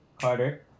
Carter